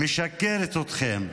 משקרת לכם,